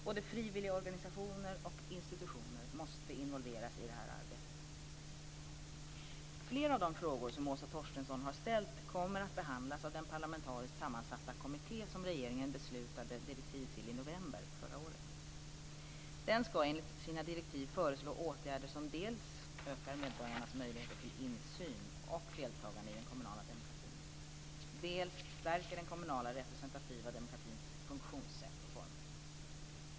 Både frivilligorganisationer och institutioner måste involveras i detta arbete. Flera av de frågor som Åsa Torstensson har ställt kommer att behandlas av den parlamentariskt sammansatta kommitté som regeringen beslutade om direktiv till i november förra året. Den ska enligt sina direktiv föreslå åtgärder som dels ökar medborgarnas möjligheter till insyn och deltagande i den kommunala demokratin, dels stärker den kommunala representativa demokratins funktionssätt och former.